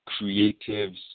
creatives